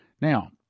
Now